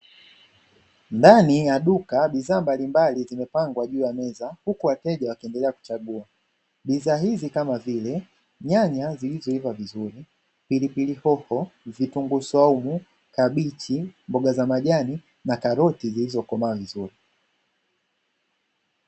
Ndani ya duka bidhaa mbalimbali zimepangwa juu ya meza huku wateja wakiendelea kuchagua. Bidhaa hizi kama vile nyanya zilizoiva vizuri, pilipili hoho, vitunguu swaumu, kabichi, mboga za majani na karoti zilizokomaa vizuri.